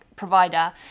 provider